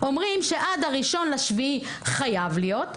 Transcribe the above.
אומרים שעד ה-1 ביולי חייב להיות,